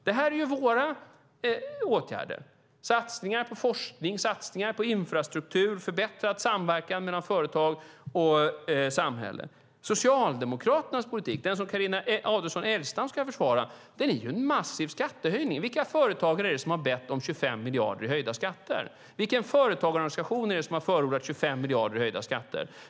Det här är våra åtgärder: satsningar på forskning, satsningar på infrastruktur, förbättrad samverkan mellan företag och samhälle. Socialdemokraternas politik, den som Carina Adolfsson Elgestam ska försvara, är ju en massiv skattehöjning. Vilka företagare är det som har bett om 25 miljarder i höjda skatter? Vilken företagarorganisation är det som har förordat 25 miljarder i höjda skatter?